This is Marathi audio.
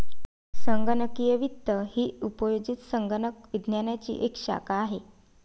संगणकीय वित्त ही उपयोजित संगणक विज्ञानाची एक शाखा आहे